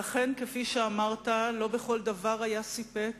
ואכן, כפי שאמרת, לא בכל דבר היה סיפק